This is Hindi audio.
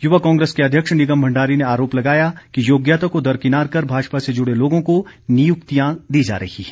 युवा कांग्रेस के अध्यक्ष निगम भंडारी ने आरोप लगाया कि योग्यता को दरकिनार कर भाजपा से जुड़े लोगों को नियुक्तियां दी जा रही हैं